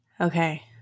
Okay